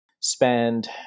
spend